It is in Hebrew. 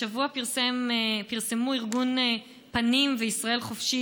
השבוע פרסמו ארגון "פנים" ו"ישראל חופשית"